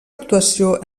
actuació